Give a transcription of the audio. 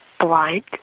blind